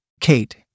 Kate